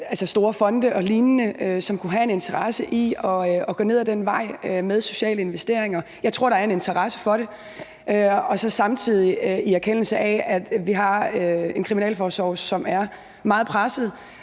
store fonde og lignende, som kunne have en interesse i at gå ned ad den vej med sociale investeringer. Jeg tror, der er en interesse for det. Også i anerkendelse af, at vi har en kriminalforsorg, som er meget presset